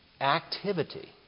activity